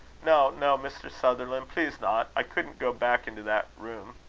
no, no, mr. sutherland please not. i couldn't go back into that room.